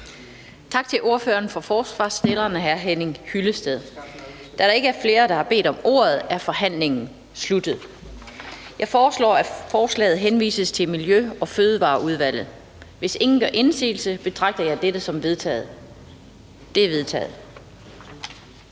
Tak til ordføreren for forslagsstillerne, hr. Henning Hyllested. Da der ikke er flere, der har bedt om ordet, er forhandlingen sluttet. Jeg foreslår, at forslaget henvises til Miljø- og Fødevareudvalget. Hvis ingen gør indsigelse, betragter jeg dette som vedtaget. Det er vedtaget.